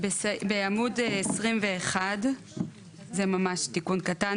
בעמוד 21 זה ממש תיקון קטן,